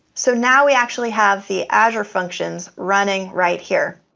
so now, we actually have the azure functions running right here.